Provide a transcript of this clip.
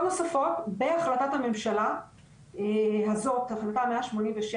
נקודות נוספות בהחלטת הממשלה הזו, החלטה 187,